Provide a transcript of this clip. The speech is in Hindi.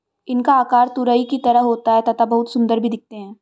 इनका आकार तुरही की तरह होता है तथा बहुत सुंदर भी दिखते है